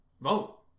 Vote